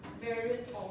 various